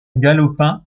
galopin